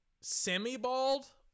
semi-bald